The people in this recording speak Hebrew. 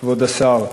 כבוד השר,